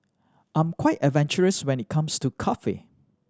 I'm quite adventurous when it comes to coffee